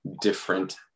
different